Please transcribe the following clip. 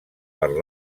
per